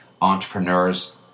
entrepreneurs